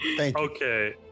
okay